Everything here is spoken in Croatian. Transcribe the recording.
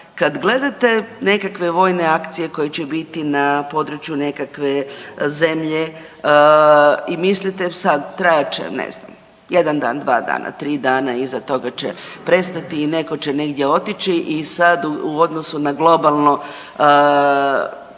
kad gledate nekakve vojne akcije koje će biti na području nekakve zemlje i mislite sad, trajat će, ne znam, jedan dan, dva dana, tri dana, iza toga će prestati i netko će negdje otići i sad u odnosu na globalno,